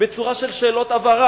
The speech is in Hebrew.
בצורה של שאלות הבהרה,